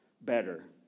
better